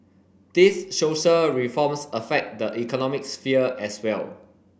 these social reforms affect the economic sphere as well